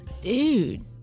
dude